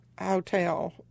hotel